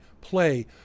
play